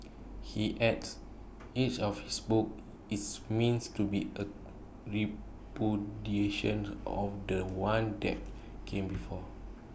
he adds each of his books is means to be A repudiation of The One that came before